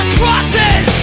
crosses